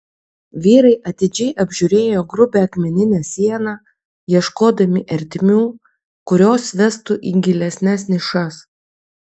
vyrai atidžiai apžiūrėjo grubią akmeninę sieną ieškodami ertmių kurios vestų į gilesnes nišas